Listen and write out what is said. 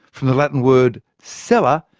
from the latin word cella,